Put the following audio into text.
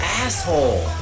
asshole